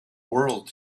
world